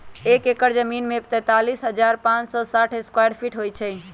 एक एकड़ जमीन में तैंतालीस हजार पांच सौ साठ स्क्वायर फीट होई छई